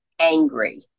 angry